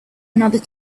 another